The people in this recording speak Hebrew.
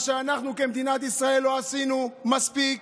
את מה שאנחנו כמדינת ישראל לא עשינו מספיק,